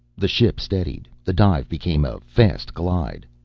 the ship steadied, the dive became a fast glide.